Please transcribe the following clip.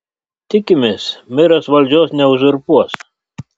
tikimės meras valdžios neuzurpuos